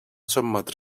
sotmetre